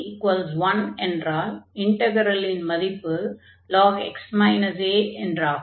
p 1 என்றால் இன்டக்ரலின் மதிப்பு ln என்றாகும்